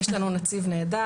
יש לנו נציב נהדר,